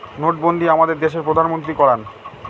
নোটবন্ধী আমাদের দেশের প্রধানমন্ত্রী করান